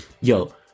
Yo